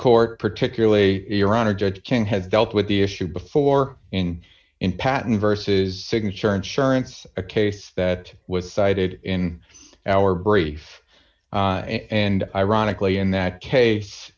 court particularly iran or judge king has dealt with the issue before in in patent versus signature insurance a case that was cited in our brief and ironically in that case